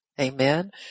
amen